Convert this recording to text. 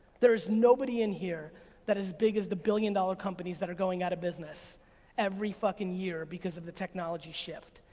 there's nobody in here that is big as the billion dollar companies that are going out of business every fucking year because of the technology shift.